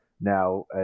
Now